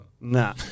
No